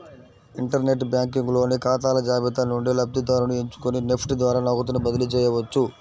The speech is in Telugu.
ఇంటర్ నెట్ బ్యాంకింగ్ లోని ఖాతాల జాబితా నుండి లబ్ధిదారుని ఎంచుకొని నెఫ్ట్ ద్వారా నగదుని బదిలీ చేయవచ్చు